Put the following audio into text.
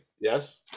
yes